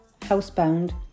housebound